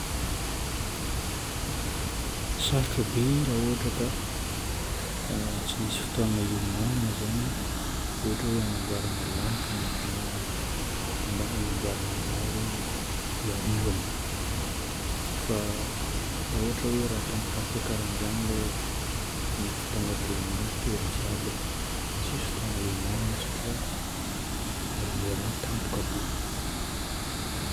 Sarotra be raha ohatra ka tsy nisy fotoagna iomagnana zagny ohatra hoe agnamboarana lakana na agnamboarana raha hoe hiarivana. Fa raha ohatra hoe raha tampotampoka karan'izagny aloha mety tonga dia maty olo jiaby e. Tsisy fotoagna iomanana satria ilay raha tampoka be.